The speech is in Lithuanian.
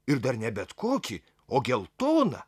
ir dar ne bet kokį o geltoną